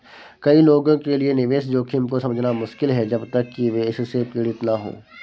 कई लोगों के लिए निवेश जोखिम को समझना मुश्किल है जब तक कि वे इससे पीड़ित न हों